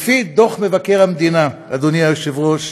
לפי דוח מבקר המדינה, אדוני היושב-ראש,